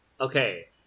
Okay